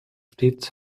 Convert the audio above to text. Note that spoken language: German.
stets